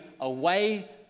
away